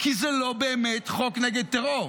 כי זה לא באמת חוק נגד טרור.